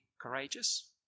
courageous